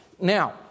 Now